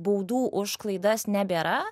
baudų už klaidas nebėra